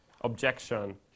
objection